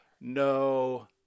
No